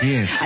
Yes